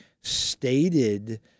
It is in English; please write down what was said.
stated